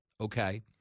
okay